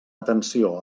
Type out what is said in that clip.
atenció